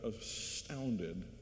astounded